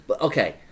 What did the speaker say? Okay